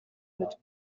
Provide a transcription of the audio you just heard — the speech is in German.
mit